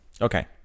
Okay